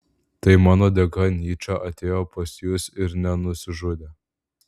tai mano dėka nyčė atėjo pas jus ir nenusižudė